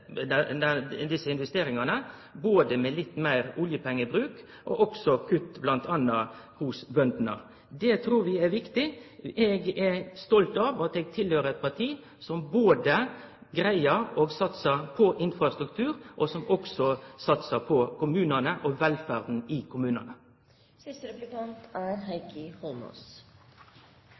desse investeringane, både med litt meir oljepengebruk og også kutt m.a. hos bøndene. Det trur vi er viktig. Eg er stolt av at eg høyrer til eit parti som både greier å satse på infrastruktur, og som satsar på kommunane og velferda i kommunane. Det er